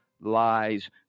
lies